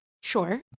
Sure